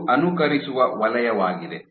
ಇದು ಅನುಕರಿಸುವ ವಲಯವಾಗಿದೆ